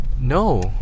No